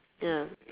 ya